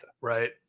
Right